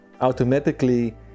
automatically